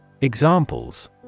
Examples